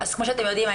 אז כמו שאתם יודעים,